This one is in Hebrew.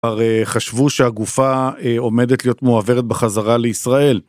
הרי חשבו שהגופה עומדת להיות מועברת בחזרה לישראל.